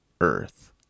earth